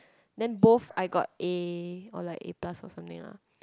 then both I got A or like a plus or something lah